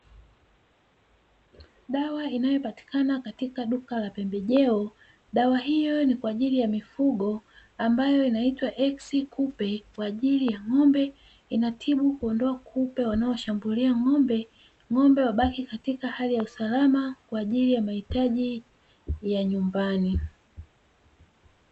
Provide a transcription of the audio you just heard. Dawa inayopatikana katika duka la pembejeo, dawa hiyo ni kwajili ya mifugo ambayo inaitwa "exkupe" kwa ajili ya ng'ombe inatibu kuondoa kupe wanaoshambulia ng'ombe, ng'ombe wabaki katika hali ya usalama kwa ajili ya mahitaji ya nyumbani.